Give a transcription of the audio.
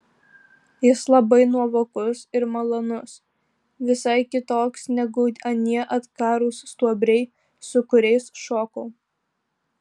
jis labai nuovokus ir malonus visai kitoks negu anie atkarūs stuobriai su kuriais šokau